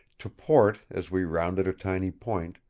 to port, as we rounded a tiny point,